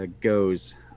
goes